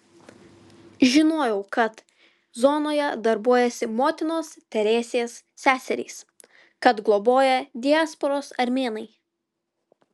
žinojau kad zonoje darbuojasi motinos teresės seserys kad globoja diasporos armėnai